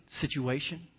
situation